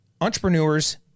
entrepreneurs